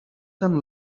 than